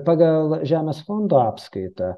pagal žemės fondo apskaitą